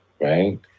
right